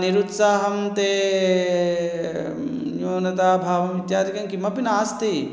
निरुत्साहं ते न्यूनताभावमित्यादिकं किमपि नास्ति